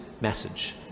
message